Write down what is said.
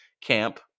camp